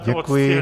Děkuji.